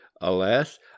alas